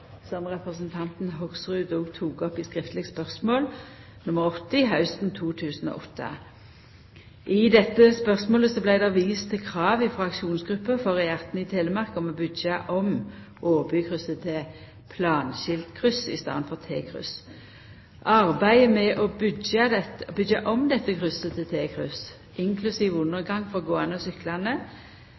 som representanten Hoksrud òg tok opp i skriftleg spørsmål nr. 80 hausten 2008. I dette spørsmålet vart det vist til krav frå aksjonsgruppa for E18 i Telemark om å byggja om Åbykrysset til planskiltkryss i staden for T-kryss. Arbeidet med å byggja om dette krysset til T-kryss, inklusiv undergang for gåande og syklande,